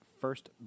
first